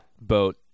boat